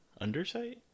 undersight